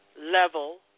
level